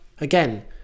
Again